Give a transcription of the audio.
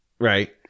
Right